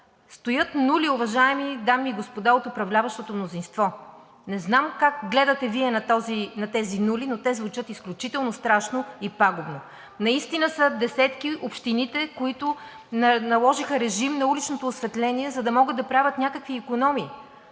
Стоят нули, уважаеми дами и господа от управляващото мнозинство, не знам как гледате Вие на тези нули, но те звучат изключително страшно и пагубно. Наистина са десетки общините, които наложиха режим на уличното осветление, за да могат да правят някакви икономии.